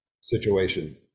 situation